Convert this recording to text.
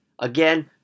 again